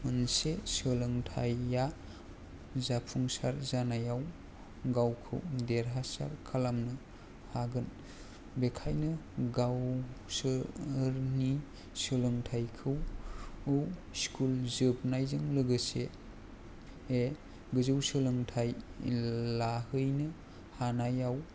मोनसे सोलोंथाया जाफुंसार जानायाव गावखौ देरहासार खालामनो हागोन बेनिखायनो गावसोरनि सोलोंथायखौ स्कुल जोबनायजों लोगोसे गोजौ सोलोनथाय लाहैनो हानायाव